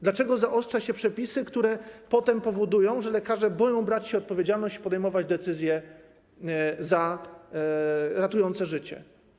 Dlaczego zaostrza się przepisy, które potem spowodują, że lekarze będą bali się brać odpowiedzialność i podejmować decyzje ratujące życie?